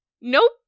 nope